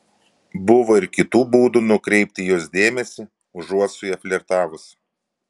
buvo ir kitų būdų nukreipti jos dėmesį užuot su ja flirtavus